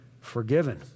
forgiven